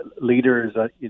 leaders